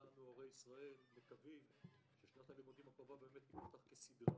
ואת הורי ישראל ששנת הלימודים תיפתח כסדרה.